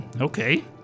okay